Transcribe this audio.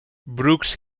brooks